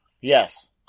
Yes